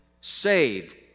saved